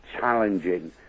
challenging